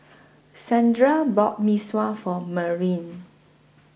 Sandra bought Mee Sua For Merlyn